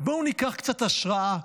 בואו ניקח קצת השראה,